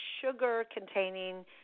sugar-containing